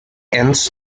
ends